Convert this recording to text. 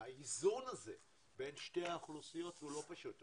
והאיזון הזה בין שתי האוכלוסיות לא פשוט.